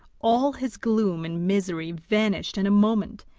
all his gloom and misery vanished in a moment,